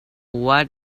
what